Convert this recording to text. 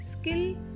skill